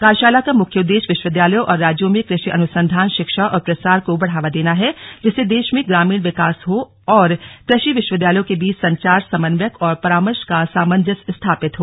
कार्यशाला का मुख्य उद्देश्य विश्वविद्यालयों और राज्यों में कृषि अनुसंधान शिक्षा और प्रसार को बढ़ावा देना है जिससे देश में ग्रामीण विकास हो और कृषि विश्वविद्यालयों के बीच संचार समन्वयक और परामर्श का सामंजस्य स्थापित हो